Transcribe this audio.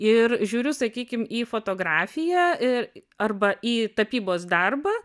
ir žiūriu sakykim į fotografiją ir arba į tapybos darbą